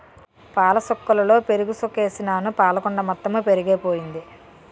పాలసుక్కలలో పెరుగుసుకేసినాను పాలకుండ మొత్తెము పెరుగైపోయింది